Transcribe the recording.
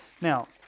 Now